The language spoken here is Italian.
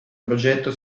progetto